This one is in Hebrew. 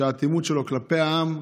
שהאטימות שלו כלפי העם,